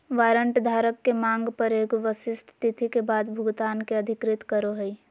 warrant धारक के मांग पर एगो विशिष्ट तिथि के बाद भुगतान के अधिकृत करो हइ